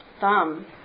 thumb